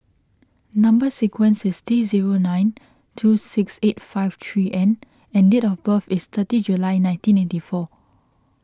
Number Sequence is T zero nine two six eight five three N and date of birth is thirty July nineteen eighty four